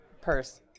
Purse